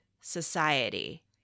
society